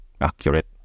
accurate